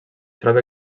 troba